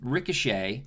Ricochet